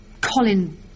Colin